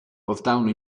portarono